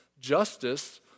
justice